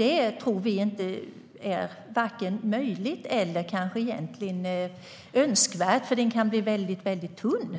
Det tror vi inte är vare sig möjligt eller önskvärt. En sådan skrivelse kan bli väldigt tunn